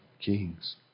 kings